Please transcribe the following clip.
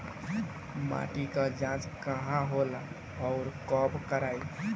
माटी क जांच कहाँ होला अउर कब कराई?